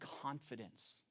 confidence